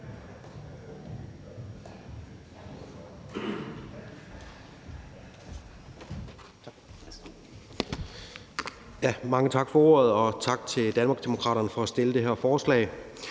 Mange tak for ordet, og tak til Danmarksdemokraterne for at fremsætte det her forslag.